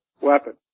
weapon